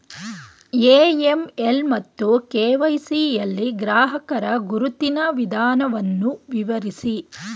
AML ಮತ್ತು KYC ಯಲ್ಲಿ ಗ್ರಾಹಕರ ಗುರುತಿನ ವಿಧಾನವನ್ನು ವಿವರಿಸಿ?